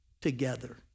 together